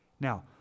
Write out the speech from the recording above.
Now